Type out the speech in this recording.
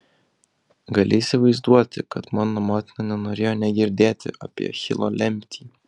gali įsivaizduoti kad mano motina nenorėjo nė girdėti apie achilo lemtį